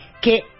Que